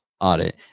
audit